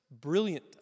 brilliant